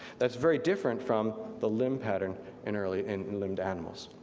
that's very different from the limb pattern in early, in limbed animals.